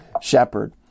shepherd